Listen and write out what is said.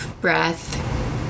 breath